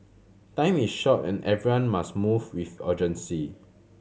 time is short and everyone must move with urgency